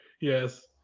Yes